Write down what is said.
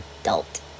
adult